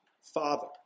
Father